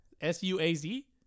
S-U-A-Z